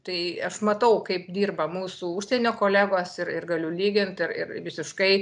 tai aš matau kaip dirba mūsų užsienio kolegos ir ir galiu lygint ir ir visiškai